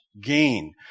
gain